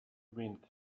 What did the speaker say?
wind